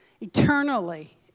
Eternally